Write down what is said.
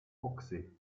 ochse